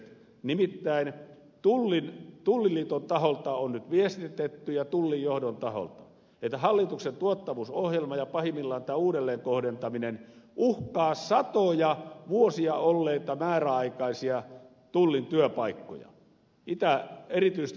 nimittäin tulliliiton taholta on nyt viestitetty ja tullin johdon taholta että hallituksen tuottavuusohjelma ja pahimmillaan tämä uudelleenkohdentaminen uhkaa satoja vuosia olleita määräaikaisia tullin työpaikkoja erityisesti itä suomessa